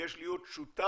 ביקש להיות שותף